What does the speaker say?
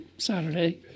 Saturday